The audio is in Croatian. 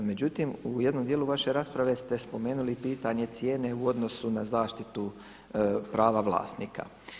Međutim, u jednom dijelu vaše rasprave ste spomenuli i pitanje cijene u odnosu na zaštitu prava vlasnika.